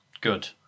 Good